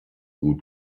gut